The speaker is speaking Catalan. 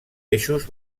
eixos